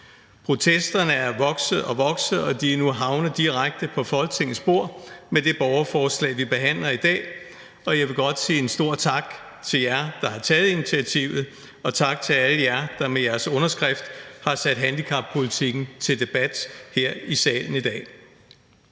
protester er vokset og vokset, og de er nu havnet direkte på Folketingets bord med det borgerforslag, vi behandler i dag, og jeg vil godt sige en stor tak til jer, der har taget initiativet, og tak til alle jer, der med jeres underskrift har sat handicappolitikken til debat her i salen i dag.